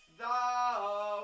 thou